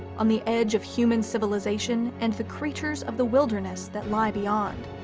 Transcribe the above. on the edge of human civilization and the creatures of the wilderness that lie beyond.